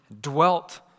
dwelt